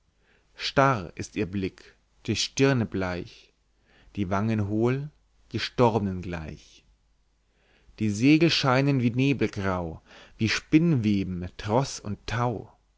starr ist ihr blick die stirne bleich die wangen hohl gestorbnen gleich die segel scheinen wie nebel grau wie spinneweben tross und tau